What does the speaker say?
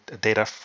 data